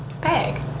bag